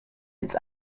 its